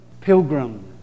Pilgrim